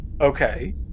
Okay